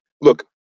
look